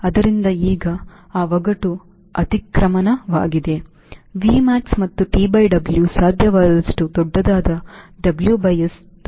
ಆದ್ದರಿಂದ ಈಗ ಆ ಒಗಟು ಅತಿಕ್ರಮಣವಾಗಿದೆ Vmax ಮತ್ತು TW ಸಾಧ್ಯವಾದಷ್ಟು ದೊಡ್ಡದಾದ WS ದೊಡ್ಡದಾಗಿದೆ